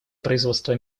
производства